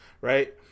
right